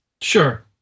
Sure